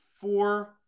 four